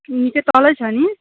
निकै तलै छ नि